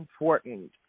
important